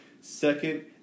Second